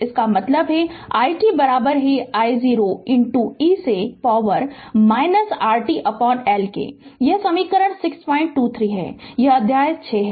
इसका मतलब है कि i t I0 e से शक्ति R t L यह समीकरण 623 है यह अध्याय 6 है